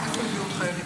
אבל מאיפה נביא עוד חיילים?